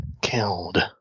killed